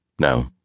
No